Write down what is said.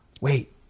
wait